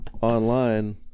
online